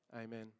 amen